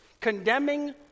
condemning